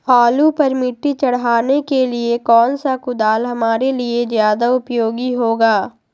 आलू पर मिट्टी चढ़ाने के लिए कौन सा कुदाल हमारे लिए ज्यादा उपयोगी होगा?